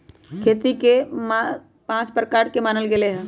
खेती के पाँच प्रकार के मानल गैले है